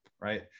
right